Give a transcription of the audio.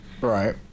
right